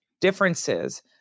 differences